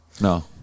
No